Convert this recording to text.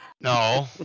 No